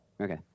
Okay